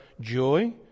joy